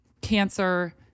cancer